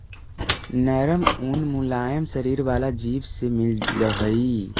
नरम ऊन मुलायम शरीर वाला जीव से मिलऽ हई